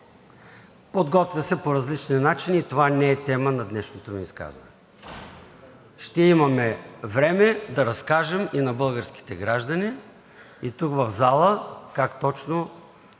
подготвя се по различни начини, но това не е тема на днешното ни изказване. Ще имаме време да разкажем на българските граждани и тук в залата как точно